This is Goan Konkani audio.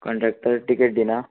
कंडक्टर टिकेट दिना